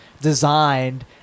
designed